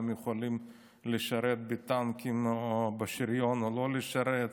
אם הן יכולות לשרת בטנקים או בשריון או לא לשרת,